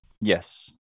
Yes